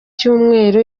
cyumweru